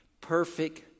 Perfect